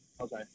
okay